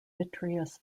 vitreous